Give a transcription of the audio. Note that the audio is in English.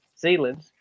Zealand